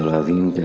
of you